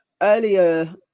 earlier